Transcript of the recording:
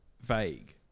vague